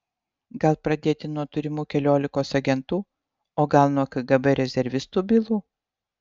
gal pradėti nuo turimų keliolikos agentų o gal nuo kgb rezervistų bylų